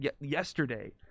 Yesterday